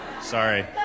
sorry